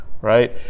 right